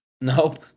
Nope